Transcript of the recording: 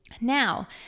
Now